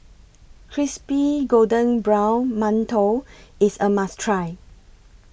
Crispy Golden Brown mantou IS A must Try